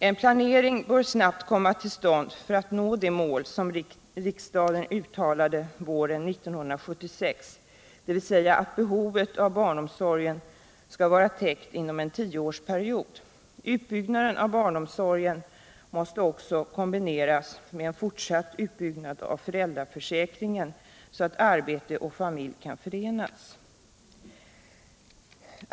En planering bör snabbt komma till stånd för att nå det mål som riksdagen uttalade våren 1976, dvs. att behovet av barnomsorg skall vara täckt inom en tioårsperiod. Utbyggnaden av barnomsorgen måste också kombineras med en fortsatt utbyggnad av föräldraförsäkringen, så att arbete och familj kan förenas.